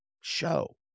show